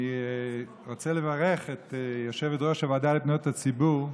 אני רוצה לברך את יושבת-ראש הוועדה לפניות הציבור,